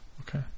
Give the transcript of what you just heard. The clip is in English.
okay